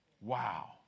Wow